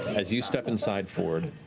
as you step inside, fjord,